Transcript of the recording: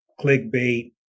clickbait